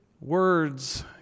Words